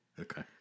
Okay